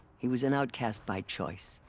he was an outcast by choice.